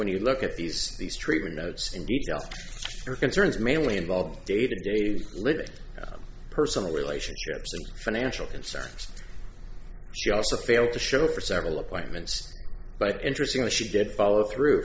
when you look at these these treatment notes and detail your concerns mainly involved day to day living personal relationships financial concerns she also failed to show for several appointments but interestingly she did follow through